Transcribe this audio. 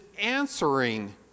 answering